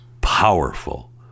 powerful